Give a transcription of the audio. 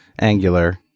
Angular